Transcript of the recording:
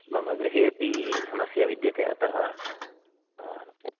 मम गृहेपि समस्या विद्यते अतः आ